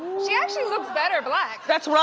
she actually looks better black. that's